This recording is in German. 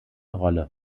rolle